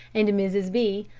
and mrs. b,